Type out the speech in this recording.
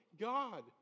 God